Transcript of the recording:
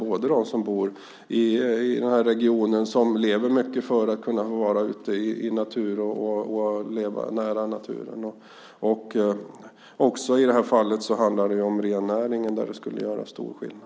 Det berör dem som bor i regionen och som lever mycket för att kunna vara ute i naturen och leva nära den, och det berör också rennäringen i det här fallet. För den skulle det här göra stor skillnad.